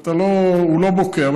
והוא לא בוקע,